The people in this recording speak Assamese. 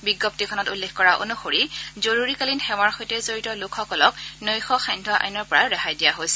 বিজ্ঞপ্তিখনত উল্লেখ কৰা অনুসৰি জৰুৰীকালীন সেৱাৰ সৈতে জড়িত লোকসকলক নৈশ সান্ধ্য আইনৰ পৰা ৰেহাই দিয়া হৈছে